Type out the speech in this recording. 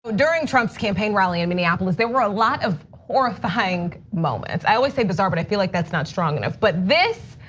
during trump's campaign rally in minneapolis there were a lot of horrifying moments. i always say bizarre but i feel like that's not strong enough. but this,